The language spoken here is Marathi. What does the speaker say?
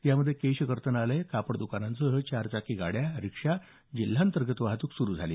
यामध्ये केश कर्तनालयं कापड द्कानांसह चारचाकी गाड्या रिक्षा जिल्हा अंतर्गत वाहतूक सुरू झाली